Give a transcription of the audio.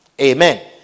Amen